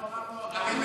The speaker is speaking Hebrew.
אנחנו אמרנו שאני,